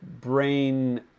brain